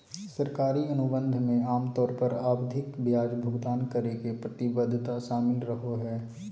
सरकारी अनुबंध मे आमतौर पर आवधिक ब्याज भुगतान करे के प्रतिबद्धता शामिल रहो हय